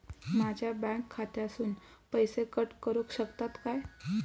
माझ्या बँक खात्यासून पैसे कट करुक शकतात काय?